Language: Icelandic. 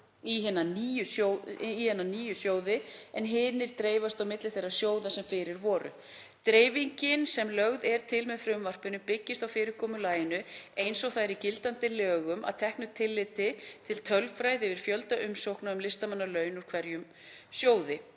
í hina nýju sjóði en hinir dreifast á milli þeirra sjóða sem fyrir voru. Dreifingin sem lögð er til með frumvarpinu byggist á fyrirkomulaginu eins og það er í gildandi lögum, að teknu tilliti til tölfræði yfir fjölda umsókna um listamannalaun úr hverjum sjóði